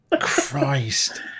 Christ